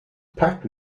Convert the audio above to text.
packed